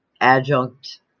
adjunct